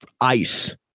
ice